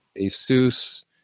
Asus